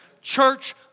Church